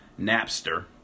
Napster